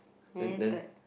ya that's good